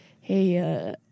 hey